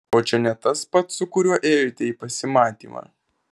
o čia ne tas pats su kuriuo ėjote į pasimatymą